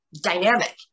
dynamic